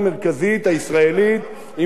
עם מספרים דו-ספרתיים,